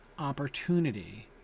opportunity